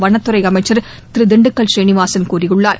வனத்துறை அமைச்சர் திரு திண்டுக்கல் சீனிவாசன் கூறியுள்ளார்